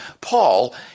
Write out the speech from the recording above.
Paul